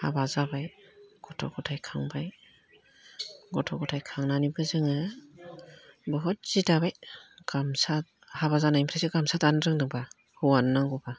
हाबा जाबाय गथ' गथाइ खांबाय गथ' गथाइ खांनानैबो जोङो बहुद जि दाबाय गामसा हाबा जानायनिफ्रायसो जि दानो रोंदों हौवानो नांगौबा